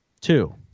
Two